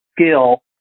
skill